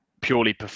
purely